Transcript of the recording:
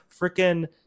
Freaking